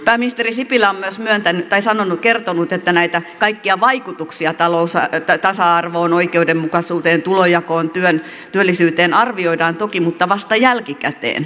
pääministeri sipilä on myös kertonut että näitä kaikkia vaikutuksia tasa arvoon oikeudenmukaisuuteen tulonjakoon työllisyyteen arvioidaan toki mutta vasta jälkikäteen